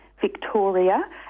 victoria